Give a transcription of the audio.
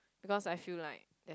because I feel like there's